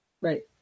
Right